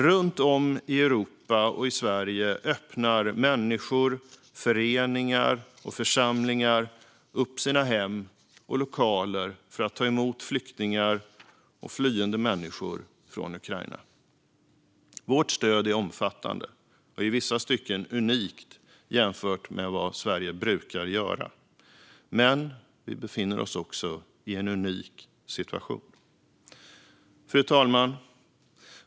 Runt om i Europa och Sverige öppnar människor, föreningar och församlingar upp sina hem och lokaler för att ta emot flyende människor från Ukraina. Vårt stöd är omfattande och i vissa stycken unikt jämfört med vad Sverige brukar göra, men vi befinner oss också i en unik situation. Fru talman!